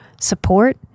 support